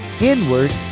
Inward